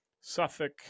Suffolk